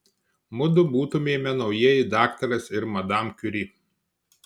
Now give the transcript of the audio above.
mudu būtumėme naujieji daktaras ir madam kiuri